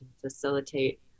facilitate